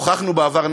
הוכחנו בעבר,